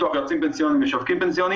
פנסיוניים, משווקים פנסיונים